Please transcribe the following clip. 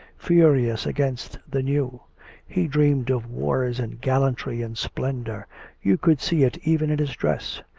furious against the new he dreamed of wars and gallantry and splendour you could see it even in his dress,